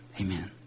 amen